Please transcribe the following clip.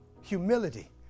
humility